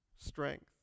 strength